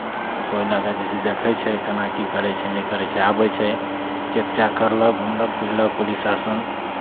तऽ ओहि लऽ कऽ जे छै देखै छै केना की करै छै नहि करै छै आबै छै चेक चाक करलक घुमलक बुझलक पुलिस शासन